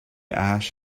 ash